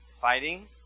Fighting